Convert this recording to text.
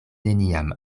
neniam